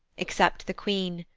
except the queen,